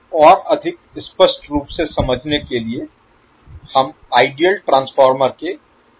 इसे और अधिक स्पष्ट रूप से समझने के लिए हम आइडियल ट्रांसफार्मर के एक सर्किट पर विचार करेंगे